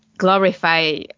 Glorify